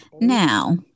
Now